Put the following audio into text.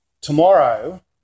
tomorrow